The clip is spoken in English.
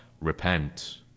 Repent